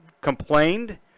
complained